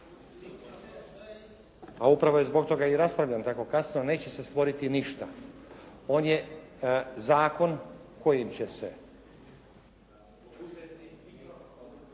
A upravo je zbog toga i raspravljano tako kasno, neće se stvoriti ništa. On je zakon kojim će se